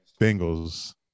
Bengals